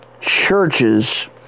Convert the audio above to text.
churches